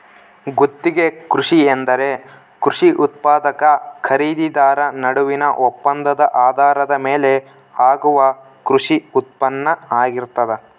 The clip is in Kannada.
ಗುತ್ತಿಗೆ ಕೃಷಿ ಎಂದರೆ ಕೃಷಿ ಉತ್ಪಾದಕ ಖರೀದಿದಾರ ನಡುವಿನ ಒಪ್ಪಂದದ ಆಧಾರದ ಮೇಲೆ ಆಗುವ ಕೃಷಿ ಉತ್ಪಾನ್ನ ಆಗಿರ್ತದ